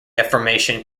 deformation